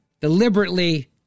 deliberately